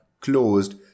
closed